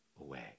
away